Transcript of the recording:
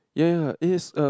ya it's a